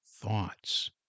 thoughts